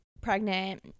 pregnant